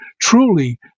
truly